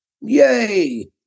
Yay